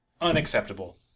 Unacceptable